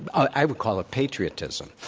i would call it patriotism.